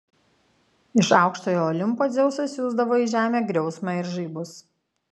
iš aukštojo olimpo dzeusas siųsdavo į žemę griausmą ir žaibus